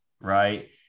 right